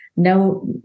No